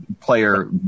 player